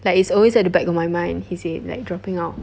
like it's always at the back of my mind he said like dropping out